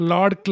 Lord